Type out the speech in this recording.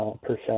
percent